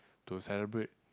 to celebrate